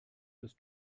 des